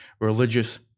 religious